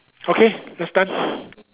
okay that's time